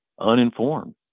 uninformed